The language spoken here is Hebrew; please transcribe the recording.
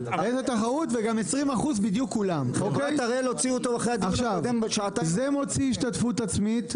שכולן 20%. זה מוציא השתתפות עצמית,